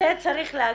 את זה צריך להגיד,